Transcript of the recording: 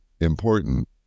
important